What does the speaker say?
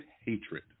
hatred